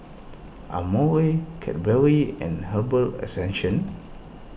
Amore Cadbury and Herbal